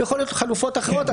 יכולות להיות חלופות אחרות.